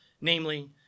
namely